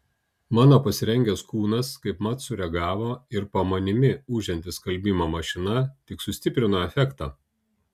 mano pasirengęs kūnas kaip mat sureagavo ir po manimi ūžianti skalbimo mašina tik sustiprino efektą